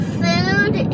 food